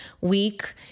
week